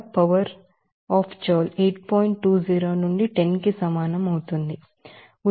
20 నుండి 10 కి సమానం అవుతుంది